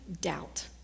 doubt